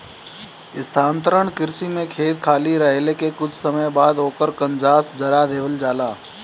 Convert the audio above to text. स्थानांतरण कृषि में खेत खाली रहले के कुछ समय बाद ओकर कंजास जरा देवल जाला